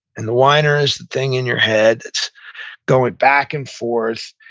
and the whiner is the thing in your head that's going back and forth,